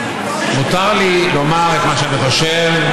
מותר לי לומר את מה שאני חושב,